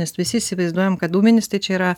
nes visi įsivaizduojam kad ūminis tai čia yra